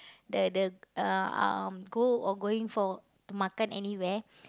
that the um go or going for to makan anywhere